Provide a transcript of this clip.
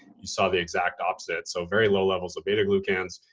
you saw the exact opposite. so very low levels of beta glucans,